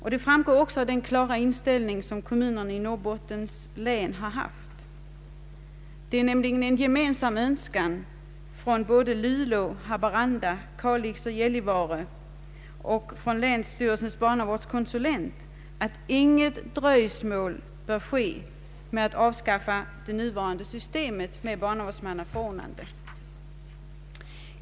Detta framgår också av den klara inställning som de i Norrbottens län tillfrågade kommunerna har. Det är en gemensam önskan från både Luleå, Haparanda, Kalix och Gällivare samt från länsstyrelsens barnavårdskonsulent att inget dröjsmål bör ske med att avskaffa det nuvarande systemet med barnavårdsmannaförordnande.